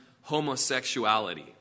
homosexuality